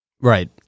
Right